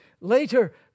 Later